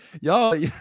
y'all